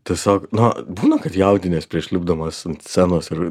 tiesiog na būna kad jaudinies prieš lipdamas ant scenos ir